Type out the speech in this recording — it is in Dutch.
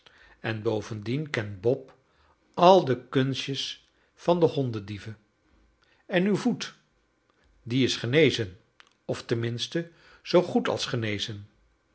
en bovendien kent bob al de kunstjes van de hondendieven en uw voet die is genezen of tenminste zoo goed als genezen